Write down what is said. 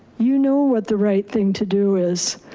you know, what the right thing to do is,